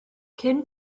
cyn